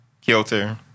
kilter